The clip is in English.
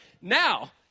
Now